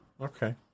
Okay